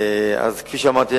כפי שאמרתי,